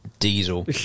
Diesel